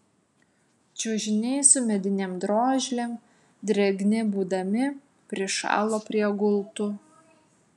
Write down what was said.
čiužiniai su medinėm drožlėm drėgni būdami prišalo prie gultų